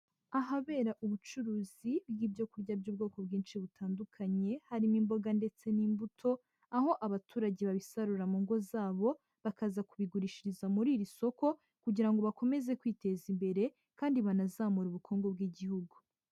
Ahabera ubucuruzi bw'ibyo kurya by'ubwoko bwinshi butandukanye harimo imboga ndetse n'imbuto, aho abaturage babisarura mu ngo zabo, bakaza kubigurishiriza muri iri soko kugira ngo bakomeze kwiteza imbere kandi banazamure ubukungu bw'igihugu.